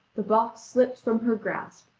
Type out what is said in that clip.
the box slipped from her gasp,